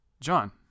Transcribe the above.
John